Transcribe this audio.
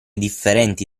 differenti